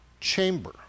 chamber